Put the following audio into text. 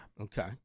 okay